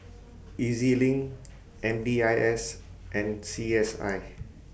E Z LINK M D I S and C S I